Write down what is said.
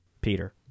Peter